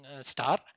star